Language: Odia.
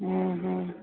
ଉଁ ହୁଁ